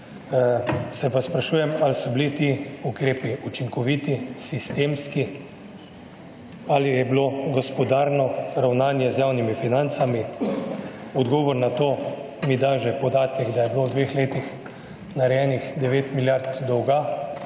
se pa sprašujem ali so bili ti ukrepi učinkoviti, sistemski ali je bilo gospodarno ravnanje z javnimi financami. Odgovor na to mi da že podatek, da je bilo v dveh letih narejenih 9 milijard dolga,